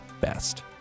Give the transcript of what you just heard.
best